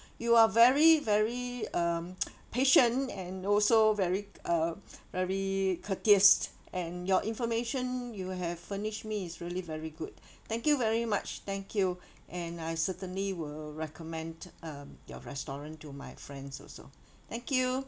you are very very um patient and also very uh very courteous and your information you have furnished me is really very good thank you very much thank you and I certainly will recommend um your restaurant to my friends also thank you